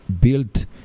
built